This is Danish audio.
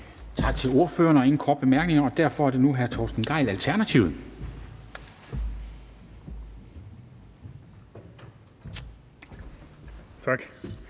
Tak til ordføreren. Der er ingen korte bemærkninger, og derfor er det nu hr. Torsten Gejl, Alternativet. Kl.